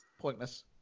Pointless